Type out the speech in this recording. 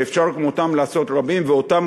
שאפשר כמותם לעשות רבים, וגם